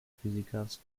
physikers